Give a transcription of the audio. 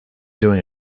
doing